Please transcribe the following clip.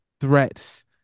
threats